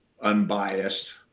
unbiased